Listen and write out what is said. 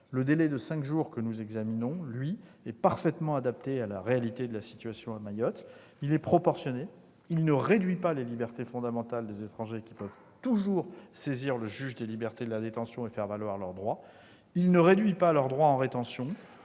Le délai de cinq jours que nous examinons, lui, est parfaitement adapté à la réalité de la situation à Mayotte. Il est proportionné et ne réduit pas les libertés fondamentales des étrangers, qui peuvent toujours saisir le juge des libertés et de la détention et faire valoir leurs droits. Il ne réduit pas leurs droits en rétention